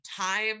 time